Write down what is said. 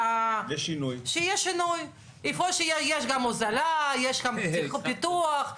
יש כאן ממש פגיעה בשוויון בעיסוק.